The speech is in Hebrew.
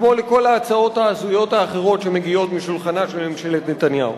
כמו לכל ההצעות ההזויות האחרות שמגיעות משולחנה של ממשלת נתניהו.